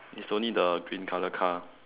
it's only the green colour car